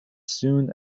soon